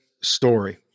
story